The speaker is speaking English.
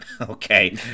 okay